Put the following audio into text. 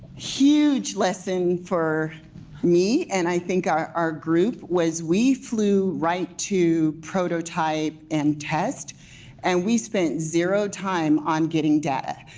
huge lesson for me and i think our our group, was we flew right to prototype and test and we spent zero time on getting data.